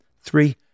Three